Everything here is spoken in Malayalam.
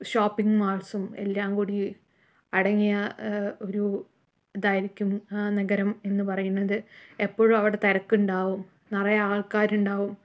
ഷോപ്പിംഗ് മാൾസും എല്ലാം കൂടി അടങ്ങിയ ഒരു ഇതായിരിക്കും നഗരം എന്നു പറയുന്നത് എപ്പോഴും അവിടെ തിരക്കുണ്ടാവും നിറയെ ആൾക്കാര്ണ്ടാവും